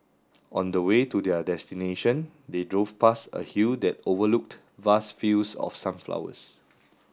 on the way to their destination they drove past a hill that overlooked vast fields of sunflowers